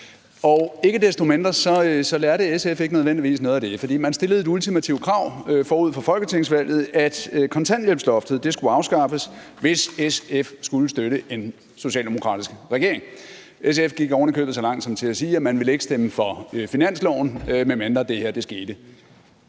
Ikke desto mindre lærte SF ikke nødvendigvis noget af det, for man stillede det ultimative krav forud for folketingsvalget, at kontanthjælpsloftet skulle afskaffes, hvis SF skulle støtte en socialdemokratisk regering. SF gik oven i købet så langt som til at sige, at man ikke ville stemme for finansloven, medmindre det her skete.